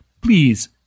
please